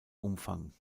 umfang